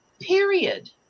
Period